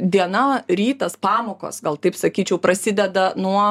diena rytas pamokos gal taip sakyčiau prasideda nuo